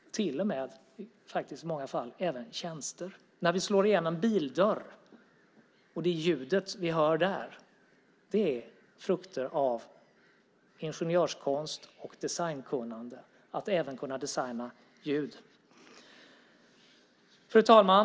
Det finns faktiskt till och med, i många fall, i tjänster. Ljudet vi hör när vi slår igen en bildörr är en frukt av ingenjörskonst och designkunnande. Det handlar även om att kunna designa ljud. Fru talman!